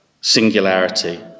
singularity